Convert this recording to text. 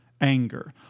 anger